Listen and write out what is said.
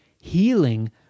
Healing